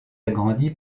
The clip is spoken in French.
agrandie